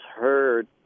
heard